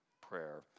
prayer